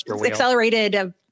accelerated